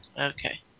Okay